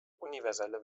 universelle